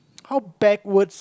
how backwards